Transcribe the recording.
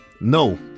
No